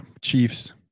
chiefs